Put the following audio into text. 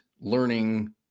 learning